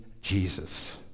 Jesus